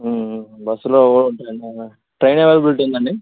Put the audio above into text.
బస్సులో train availability ఉందండి